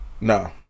No